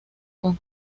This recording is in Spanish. con